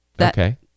okay